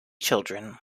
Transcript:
children